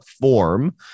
form